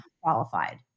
qualified